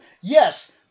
Yes